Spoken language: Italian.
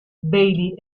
bailey